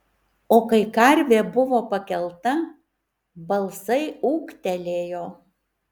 o kai karvė buvo pakelta balsai ūktelėjo